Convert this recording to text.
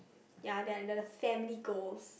ya they are like the family goals